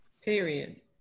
Period